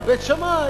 על בית שמאי,